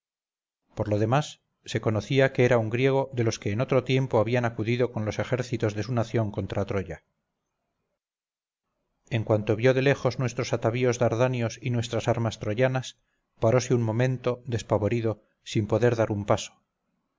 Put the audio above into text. por lo demás se conocía que era un griego de los que en otro tiempo habían acudido con los ejércitos de su nación contra troya en cuanto vio de lejos nuestros atavíos dardanios y nuestras armas troyanas parose un momento despavorido sin poder dar un paso